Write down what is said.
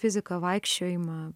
fiziką vaikščiojimą